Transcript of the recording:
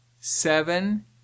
seven